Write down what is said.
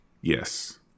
Yes